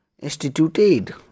instituted